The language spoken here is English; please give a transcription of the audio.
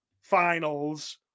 finals